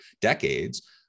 decades